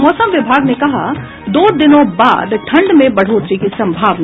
और मौसम विभाग ने कहा दो दिनों बाद ठंड में बढ़ोतरी की संभावना